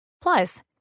Plus